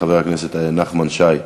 חבר הכנסת נחמן שי,